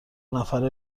نفره